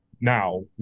now